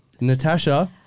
Natasha